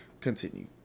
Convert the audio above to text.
Continue